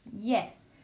Yes